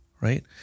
right